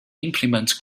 implements